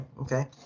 Okay